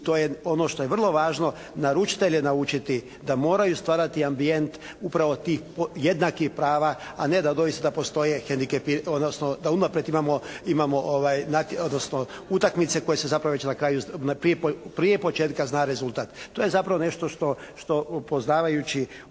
to je ono što je vrlo važno, naručitelje naučiti da moraju stvarati ambijent upravo tih jednakih prava a ne da doista postoje, odnosno da unaprijed imamo, odnosno utakmice koje se zapravo već na kraju, prije početka zna rezultat. To je zapravo nešto što upoznavajući